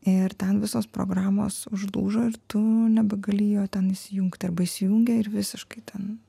ir ten visos programos užlūžo ir tu nebegali jo ten įsijungti arba įsijungė ir visiškai ten